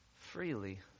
freely